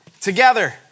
together